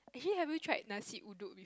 okay have you tried nasi-uduk